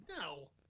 no